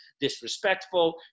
disrespectful